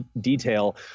detail